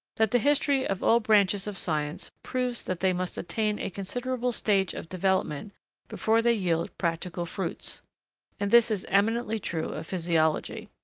that the history of all branches of science proves that they must attain a considerable stage of development before they yield practical fruits and this is eminently true of physiology.